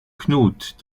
knut